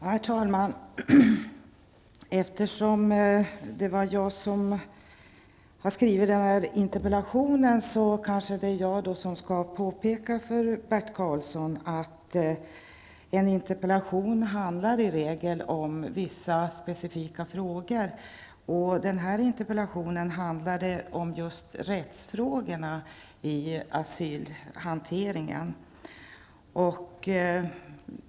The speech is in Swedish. Herr talman! Eftersom det var jag som skrev interpellationen, kanske det är jag som skall påpeka för Bert Karlsson att en interpellation i regel handlar om vissa specifika frågor. Den här interpellationen handlar om just rättsfrågorna i asylhanteringen.